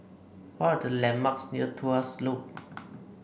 what are the landmarks near Tuas Loop